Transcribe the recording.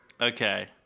Okay